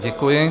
Děkuji.